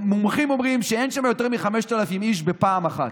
ומומחים אומרים שאין שם יותר מ-5,000 איש בבת אחת.